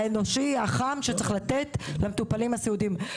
האנושי והחם שנותנים למטופלים הסיעודיים.